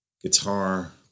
guitar